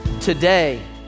today